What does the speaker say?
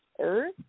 earth